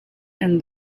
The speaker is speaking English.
and